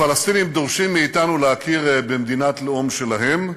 הפלסטינים דורשים מאתנו להכיר במדינת לאום שלהם,